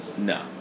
No